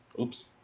Oops